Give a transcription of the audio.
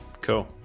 cool